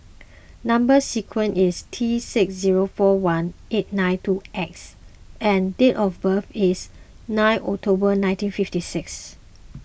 Number Sequence is T six zero four one eight nine two X and date of birth is nine October nineteen fifty six